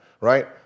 Right